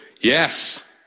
yes